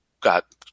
got